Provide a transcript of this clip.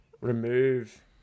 remove